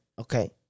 okay